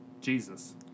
Jesus